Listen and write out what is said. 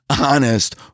honest